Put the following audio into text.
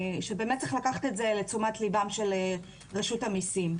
שצריך לקחת את זה לתשומת לבם של רשות המיסים.